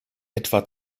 etwa